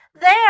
There